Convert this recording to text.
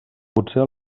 potser